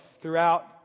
Throughout